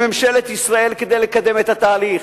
לממשלת ישראל כדי לקדם את התהליך,